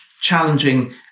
challenging